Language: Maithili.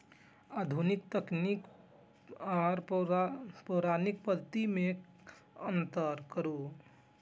आधुनिक तकनीक आर पौराणिक पद्धति में अंतर करू?